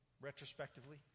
retrospectively